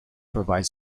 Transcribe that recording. provide